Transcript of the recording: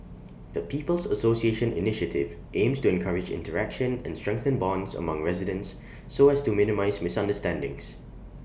the people's association initiative aims to encourage interaction and strengthen bonds among residents so as to minimise misunderstandings